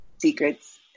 secrets